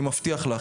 אני מבטיח לך.